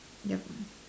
yup